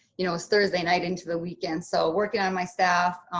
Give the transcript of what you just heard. you know, it's thursday night into the weekend. so, working on my staff.